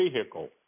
vehicle